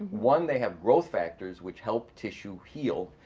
one, they have growth factors which help tissue heal,